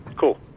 Cool